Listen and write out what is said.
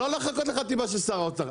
לא לחכות לחתימה של שר האוצר.